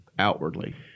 outwardly